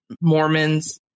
mormons